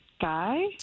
guy